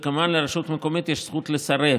וכמובן לרשות המקומית יש זכות לסרב.